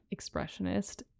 expressionist